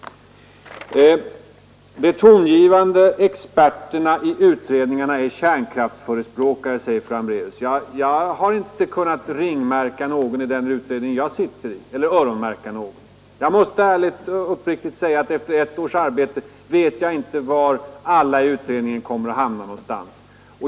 De tongivande experterna i utredningarna är kärnkraftsförespråkare, säger fru Hambraeus. Själv har jag inte kunnat öronmärka någon i den utredning jag sitter i, utan jag måste ärligt och uppriktigt säga att jag efter ett års arbete inte vet var de olika ledamöterna i utredningen kommer att hamna någonstans.